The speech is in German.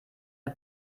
der